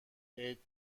عید